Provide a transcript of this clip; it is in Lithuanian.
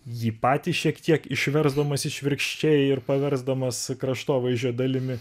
jį patį šiek tiek išversdamas išvirkščiai ir paversdamas kraštovaizdžio dalimi